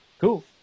cool